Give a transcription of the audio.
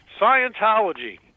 Scientology